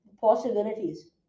Possibilities